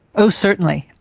oh certainly,